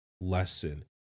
lesson